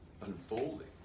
unfolding